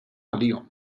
għalihom